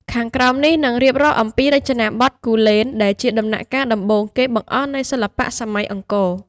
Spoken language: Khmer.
ខាងក្រោមនេះនឹងរៀបរាប់អំពីរចនាបថគូលែន ដែលជាដំណាក់កាលដំបូងគេបង្អស់នៃសិល្បៈសម័យអង្គរ។